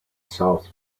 south